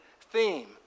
theme